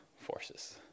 forces